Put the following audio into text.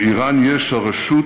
לאיראן יש הרשות,